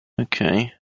okay